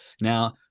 Now